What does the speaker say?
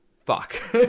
fuck